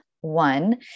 one